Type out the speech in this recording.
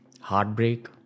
heartbreak